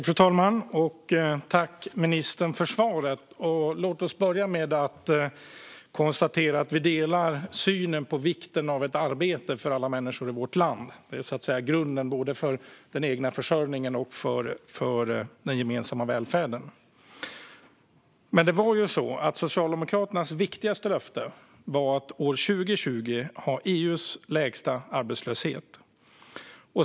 Fru talman! Tack för svaret, ministern! Låt oss börja med att konstatera att vi delar synen på vikten av att alla människor i vårt land har ett arbete. Det är så att säga grunden både för den egna försörjningen och för den gemensamma välfärden. Det var dock så att Socialdemokraternas viktigaste löfte var att år 2020 ha EU:s lägsta arbetslöshet.